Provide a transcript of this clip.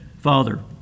Father